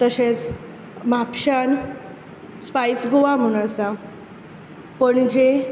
तशेंच म्हापशांत स्पायस गोवा म्हणोन आसा पणजे